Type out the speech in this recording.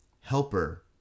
Helper